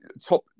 top